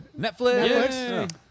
Netflix